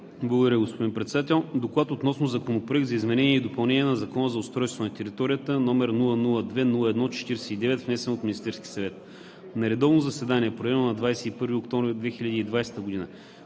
Благодаря, господин Председател. „ДОКЛАД относно Законопроект за изменение и допълнение на Закона за устройство на територията, № 002-01-49, внесен от Министерския съвет На редовно заседание, проведено на 21 октомври 2020 г.,